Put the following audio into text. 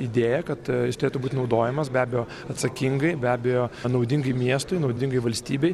idėją kad jis turėtų būti naudojamas be abejo atsakingai be abejo naudingai miestui naudingai valstybei